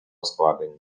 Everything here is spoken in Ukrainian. складення